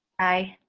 aye.